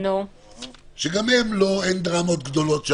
שגם שם הן דרמות גדולות.